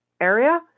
area